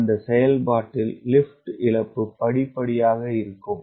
அந்த செயல்பாட்டில் லிப்ட் இழப்பு படிப்படியாக இருக்கும்